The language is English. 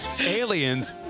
Aliens